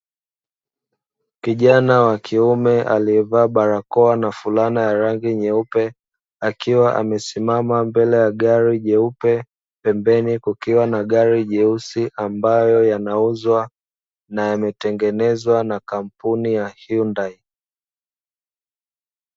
Kijana wa kiume aliyevaa barakoa na fulana ya rangi nyeupe, akiwa amesimama mbele ya gari jeupe, pembeni kukiwa na gari jeusi, ambayo yanauzwa na yametengenezwa na kampuni ya hiyundai.